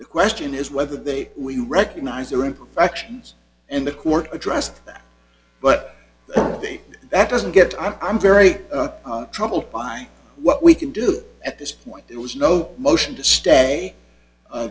the question is whether they we recognize their imperfections and the court addressed that but that doesn't get i'm very troubled by what we can do at this point there was no motion to stay